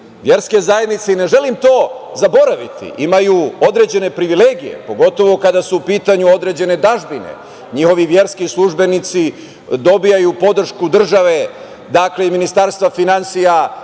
istina. Verske zajednice, i ne želim to zaboraviti, imaju određene privilegije, pogotovo kada su u pitanju određene dažbine, njihovi verski službenici dobijaju podršku države i Ministarstva finansija